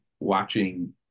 watching